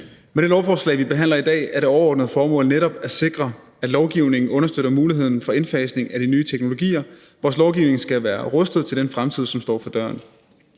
Med det lovforslag, vi behandler i dag, er det overordnede formål netop at sikre, at lovgivningen understøtter muligheden for indfasning af de nye teknologier. Vores lovgivning skal være rustet til den fremtid, som står for døren.